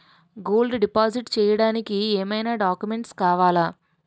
Gold deposit చేయడానికి ఏమైనా documents కావాలా?